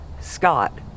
Scott